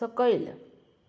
सकयल